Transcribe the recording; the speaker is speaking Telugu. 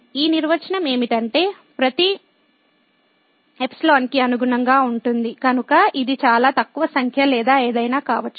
ఈ నిర్వచనం ఏమిటంటే ప్రతి ϵ కి అనుగుణంగా ఉంటుంది కనుకఇది చాలా తక్కువ సంఖ్య లేదా ఏదైనా కావచ్చు